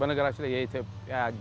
when i get actually a